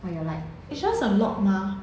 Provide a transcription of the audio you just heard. what you all like